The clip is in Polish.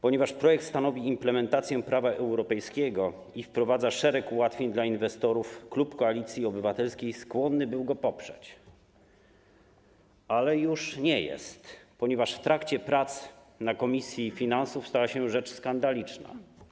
Ponieważ projekt stanowi implementację prawa europejskiego i wprowadza szereg ułatwień dla inwestorów, klub Koalicji Obywatelskiej zasadniczo skłonny był go poprzeć, ale już nie jest, ponieważ w trakcie prac na posiedzeniu komisji finansów stała się rzecz skandaliczna.